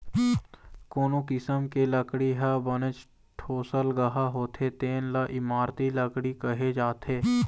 कोनो किसम के लकड़ी ह बनेच ठोसलगहा होथे तेन ल इमारती लकड़ी कहे जाथे